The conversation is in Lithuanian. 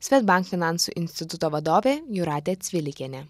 svedbank finansų instituto vadovė jūratė cvilikienė